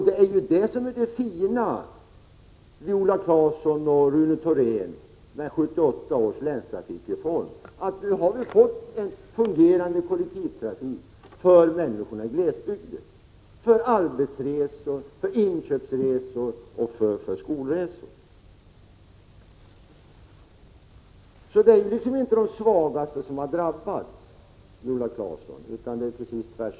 Det är ju det som är det fina, Viola Claesson och Rune Thorén, med 1978 års länstrafikreform, att vi har fått en fungerande kollektivtrafik för människorna i glesbygden — för arbetsresor, för inköpsresor och för skolresor. Det är inte de svagaste som har drabbats, Viola Claesson, utan det är precis tvärtom.